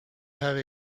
have